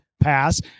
pass